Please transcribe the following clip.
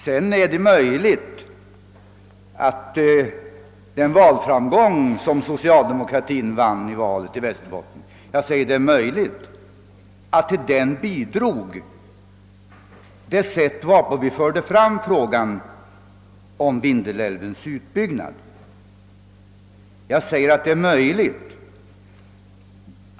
Sedan är det möjligt att det sätt varpå vi förde fram frågan om Vindelälvens utbyggnad bidrog till den socialdemo kratiska valframgången i Västerbotten. Jag säger att detta är möjligt.